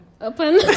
Open